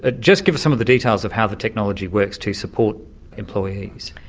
ah just give us some of the details of how the technology works to support employees.